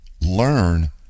learn